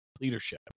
leadership